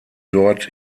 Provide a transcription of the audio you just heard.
dort